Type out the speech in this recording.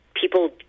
People